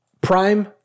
Prime